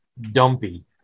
dumpy